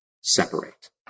separate